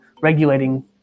regulating